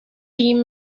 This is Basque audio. egin